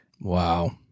Wow